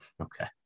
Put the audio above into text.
Okay